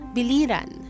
Biliran